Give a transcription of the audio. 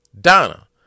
Donna